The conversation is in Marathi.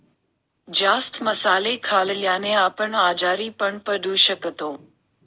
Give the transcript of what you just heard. जास्त मसाले खाल्ल्याने आपण आजारी पण पडू शकतो